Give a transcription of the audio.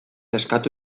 eskatu